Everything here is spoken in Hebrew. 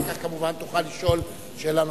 אחר כך, כמובן, תוכל לשאול שאלה נוספת.